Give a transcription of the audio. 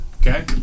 Okay